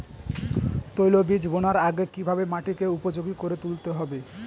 তৈলবীজ বোনার আগে কিভাবে মাটিকে উপযোগী করে তুলতে হবে?